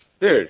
Dude